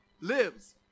lives